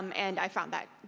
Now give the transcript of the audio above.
um and i found that